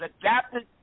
adapted